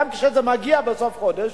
גם כשזה מגיע בסוף חודש,